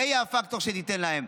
זה יהיה הפקטור שתיתן להם.